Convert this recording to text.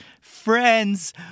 friends